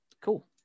Cool